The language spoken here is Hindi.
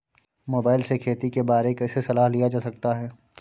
मोबाइल से खेती के बारे कैसे सलाह लिया जा सकता है?